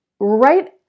Right